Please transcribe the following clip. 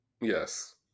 Yes